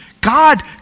God